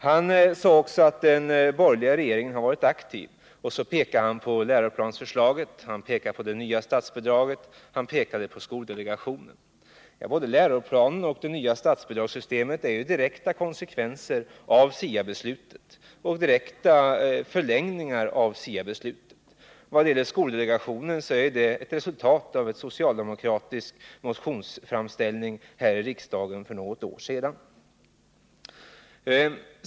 Hans Nyhage sade också att den borgerliga regeringen har varit aktiv, och sedan pekade han på läroplansförslaget, på det nya statsbidraget och på skoldelegationen. Men både läroplanen och det nya statsbidragssystemet är ju direkta konsekvenser och förlängningar av SIA-beslutet, som nu måste verkställas. Vad gäller skoldelegationen vill jag peka på att den är ett resultat av en socialdemokratisk motionsframställning här i riksdagen för något år sedan.